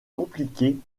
compliquée